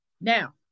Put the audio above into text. now